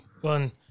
one